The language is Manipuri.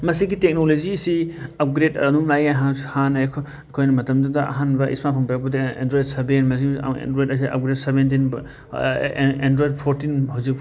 ꯃꯁꯤꯒꯤ ꯇꯦꯛꯅꯣꯂꯣꯖꯤꯁꯤ ꯑꯞꯒ꯭ꯔꯦꯗ ꯑꯗꯨꯝ ꯂꯥꯛꯏ ꯍꯥꯟꯅ ꯑꯩꯍꯣꯏ ꯑꯩꯈꯣꯏꯅ ꯃꯇꯝꯗꯨꯗ ꯑꯍꯥꯟꯕ ꯏꯁꯃꯥꯔꯠ ꯐꯣꯟ ꯄꯥꯏꯔꯛꯄꯗ ꯑꯦꯟꯗ꯭ꯔꯣꯏꯗ ꯁꯕꯦꯟ ꯑꯦꯟꯗ꯭ꯔꯦꯏꯗ ꯑꯁꯦ ꯑꯞꯒ꯭ꯔꯦꯗ ꯁꯕꯦꯟꯇꯤꯟ ꯑꯦꯟꯗ꯭ꯔꯣꯏꯗ ꯐꯣꯔꯇꯤꯟ ꯍꯧꯖꯤꯛ